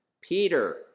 Peter